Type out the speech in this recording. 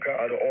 God